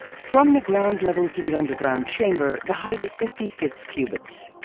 from the ground level to the underground chamber, the height is fifty six cubits.